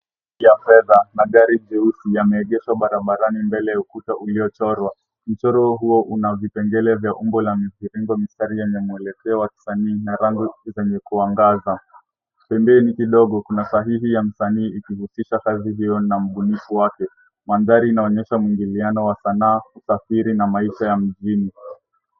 Gari ya fedha, na gari jeusi yameegeshwa barabarani mbele ya ukuta uliochorwa. Mchoro huo una vipengele vya umbo la mviringo, mistari yenye mwelekeo wa kisanii, na rangi zenye kuangaza. Pembeni kidogo kuna sahihi ya msanii ikivutisha kazi hiyo na mbunifu wake. Mandhari inaonyesha mwingiliano wa sanaa, kusafiri, na maisha ya mjini.